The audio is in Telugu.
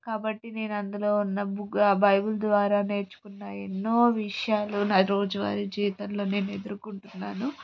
కాబట్టి నేనందులో ఉన్న బు బైబిల్ ద్వారా నేర్చుకున్న ఎన్నో విషయాలు నా రోజు వారి జీవితంలో నేనెదుర్కుంటున్నాను